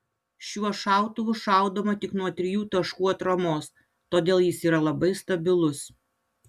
šiuo šautuvu šaudoma tik nuo trijų taškų atramos todėl jis yra labai stabilus